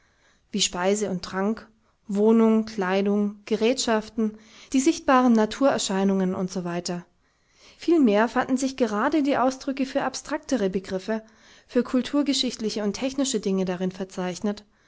wie speise und trank wohnung kleidung gerätschaften die sichtbaren naturerscheinungen und so weiter vielmehr fanden sich gerade die ausdrücke für abstraktere begriffe für kulturgeschichtliche und technische dinge darin verzeichnet